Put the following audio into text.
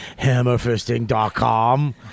Hammerfisting.com